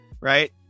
right